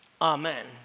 Amen